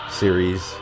series